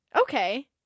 Okay